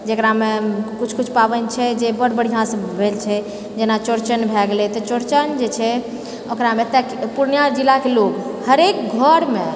जेकरामे किछु किछु पाबनि छै जे बड्ड बढ़िआँसँ भेल छै जेना चौड़चन भए गेलै तऽ चौड़चन जे छै ओकरामे तऽ पूर्णिया जिलाके लोग हरेक घरमे